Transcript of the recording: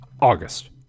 August